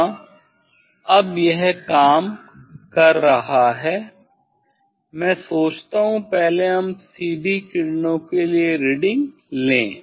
हाँ अब यह काम कर रहा है मैं सोचता हूँ पहले हम सीधी किरणों के लिए रीडिंग लें